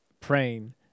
praying